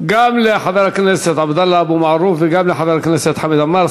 גם לחבר הכנסת עבדאללה אבו מערוף וגם לחבר הכנסת חמד עמאר,